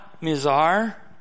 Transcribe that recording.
Mizar